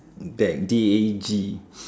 dag D A G